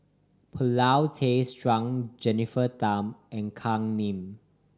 Paulin Tay Straughan Jennifer Tham and Kam Ning